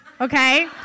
okay